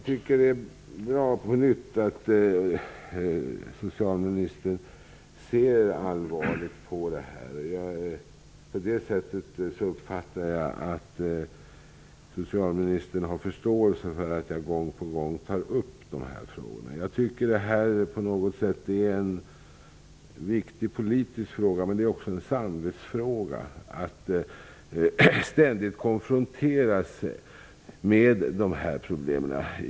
Fru talman! Jag tycker att det är bra att socialministern ser allvarligt på problemet. På det sättet uppfattar jag att socialministern har förståelse för att jag gång på gång tar upp de här frågorna. Jag tycker att det här är en viktig politisk fråga, men det är också en samvetsfråga att ständigt konfronteras med dessa problem.